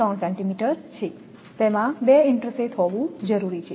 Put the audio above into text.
3 centimetre છે તેમાં 2 ઇન્ટરસેથ હોવું જરૂરી છે